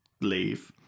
leave